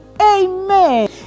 Amen